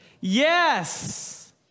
Yes